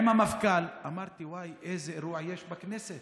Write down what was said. עם המפכ"ל, ואמרתי: וואי, איזה אירוע יש בכנסת?